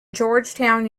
georgetown